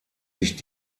sich